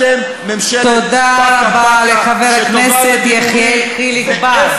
אתם ממשלת, תודה רבה לחבר הכנסת יחיאל חיליק בר.